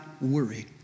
worry